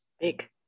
big